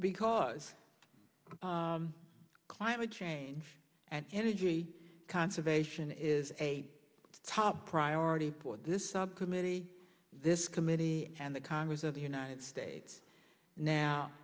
because climate change and energy conservation is a top priority for this subcommittee this committee and the congress of the united states now